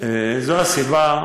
זו הסיבה,